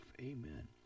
amen